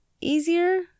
easier